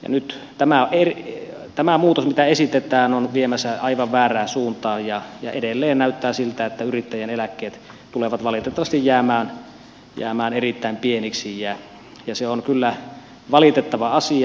nyt tämä muutos mitä esitetään on viemässä aivan väärään suuntaan ja edelleen näyttää siltä että yrittäjien eläkkeet tulevat valitettavasti jäämään erittäin pieniksi ja se on kyllä valitettava asia